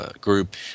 group